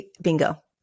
Bingo